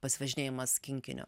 pasivažinėjimas kinkiniu